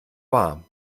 wahr